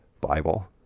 Bible